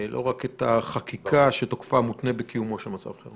ולא רק את החקיקה שתוקפה מותנה בקיומו של מצב חירום.